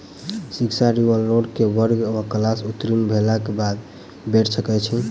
शिक्षा ऋण वा लोन केँ वर्ग वा क्लास उत्तीर्ण भेलाक बाद भेट सकैत छी?